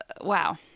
Wow